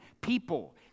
people